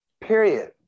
period